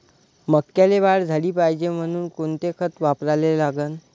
मक्याले वाढ झाली पाहिजे म्हनून कोनचे खतं वापराले लागन?